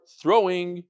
throwing